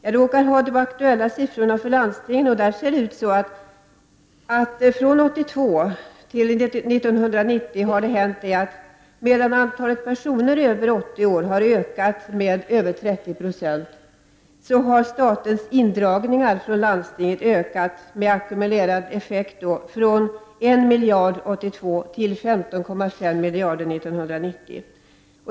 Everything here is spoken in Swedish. Enligt de aktuella siffrorna från landstingen ser man att från 1982 till 1990 har hänt, att medan antalet personer över 80 år ökat med över 30 96, har statens indragningar från landstingen med ackumuleringseffekt ökat från 1 miljard 1982 till 15,5 miljarder 1990.